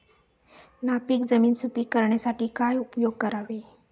नापीक जमीन सुपीक करण्यासाठी काय उपयोग करावे?